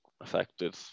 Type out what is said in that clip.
affected